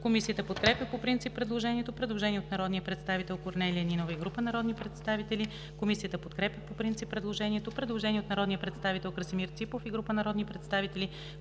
Комисията подкрепя по принцип предложението. Предложение от народния представител Корнелия Нинова и група народни представители. Комисията подкрепя по принцип предложението. Предложение от народния представител Красимир Ципов и група народни представители.